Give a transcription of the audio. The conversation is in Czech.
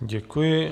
Děkuji.